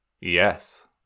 Yes